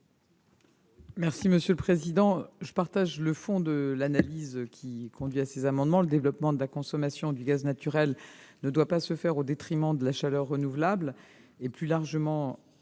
du Gouvernement ? Je partage le fond de l'analyse qui a conduit à ces amendements. Le développement de la consommation du gaz naturel ne doit pas se faire au détriment de la chaleur renouvelable. Plus largement,